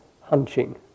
hunching